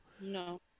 No